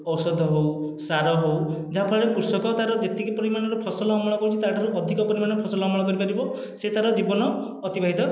ଔଷଧ ହେଉ ସାର ହେଉ ଯାହା ଫଳରେ କୃଷକ ତା'ର ଯେତିକି ପରିମାଣର ଫସଲ ଅମଳ କରୁଛି ତା' ଠାରୁ ଅଧିକ ପରିମାଣର ଫସଲ ଅମଳ କରିପାରିବ ସେ ତା'ର ଜୀବନ ଅତିବାହିତ